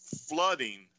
flooding